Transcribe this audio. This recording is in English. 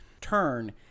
turn